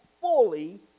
fully